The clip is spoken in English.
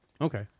okay